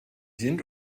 sind